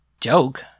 Joke